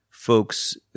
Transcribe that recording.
Folks